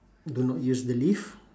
do not use the lift